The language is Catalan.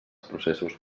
processos